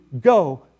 go